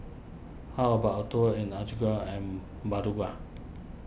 how about a tour in Antigua and